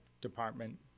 department